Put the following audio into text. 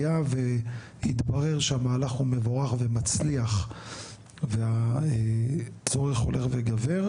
היה ויתברר שהמהלך הוא מבורך ומצליח והצורך הולך וגובר,